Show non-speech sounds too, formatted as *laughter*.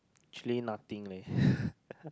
actually nothing leh *breath*